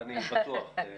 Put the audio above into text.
אני בטוח.